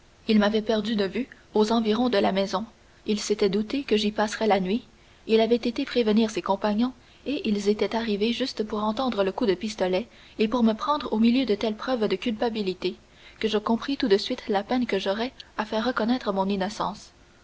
il m'avait perdu de vue aux environs de la maison il s'était douté que j'y passerais la nuit il avait été prévenir ses compagnons et ils étaient arrivés juste pour entendre le coup de pistolet et pour me prendre au milieu de telles preuves de culpabilité que je compris tout de suite la peine que j'aurais à faire reconnaître mon innocence